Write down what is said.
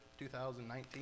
2019